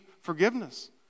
forgiveness